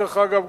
דרך אגב,